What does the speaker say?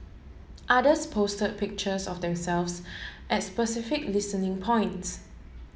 others posted pictures of themselves at specific listening points